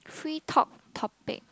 three top topic